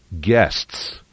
guests